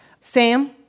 Sam